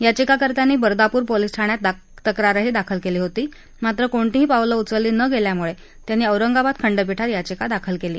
याचिकाकर्त्यानी Bardapur police ठाण्यात तक्रारही दाखल केली होती मात्र कोणतीही पावलं उचलली न गेल्यामुळे त्यांनी औरंगाबाद खंडपीठात याचिका दाखल केली